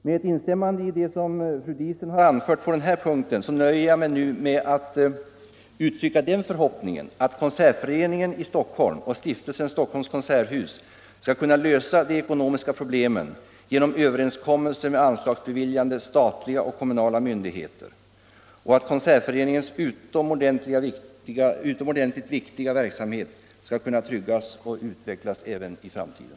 Med ett instämmande i vad fru Diesen anfört på den här punkten nöjer jag mig nu med att uttrycka den förhoppningen att —- Nr 37 Konsertföreningen i Stockholm och Stiftelsen Stockholms konserthus Torsdagen den skall kunna lösa de ekonomiska problemen genom överenskommelse 13 mars 1975 med anslagsbeviljande statliga och kommunala myndigheter ochatt Kon= I sertföreningens utomordentligt viktiga verksamhet skall kunna tryggas Anslag till kulturänoch utvecklas även i framtiden.